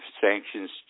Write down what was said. sanctions